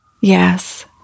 Yes